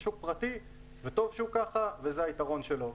זה שוק פרטי וטוב שהוא כך וזה היתרון שלו.